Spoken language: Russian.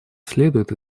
следует